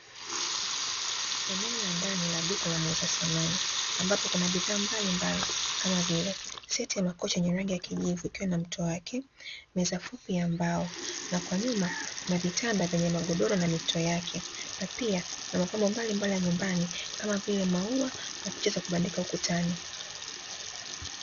Eneo la ndani la duka la muuza samani ambapo kuna bidhaa mbalimbali kama vile seti ya makochi yenye rangi ya kijivu tena mto wake, meza fupi ya mbao na kwa nyuma kuna vitanda vyenye magodoro na mito yake, na pia kuna vyombo mbalimbali vya nyumbani kama vile maua na picha za kubandika ukutani.